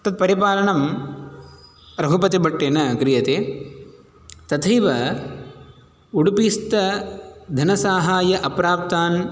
तत्परिपालनं रघुपतिभट्टेन क्रियते तथैव उडुपिस्थधनसाहाय्यम् अप्राप्तान्